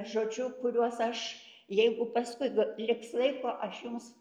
žodžiu kuriuos aš jeigu paskui liks laiko aš jums